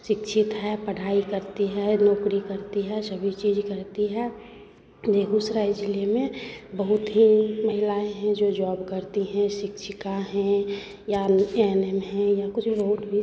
शिक्षित है पढ़ाई करती है नौकरी करती है सभी चीज़ करती है बेगूसराय ज़िले में बहुत ही महिलाएँ हैं जो जॉब करती हैं शिक्षिका हैं या एन एम हैं या कुछ और भी